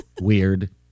Weird